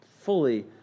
fully